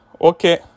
okay